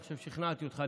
אני חושב ששכנעתי אותך,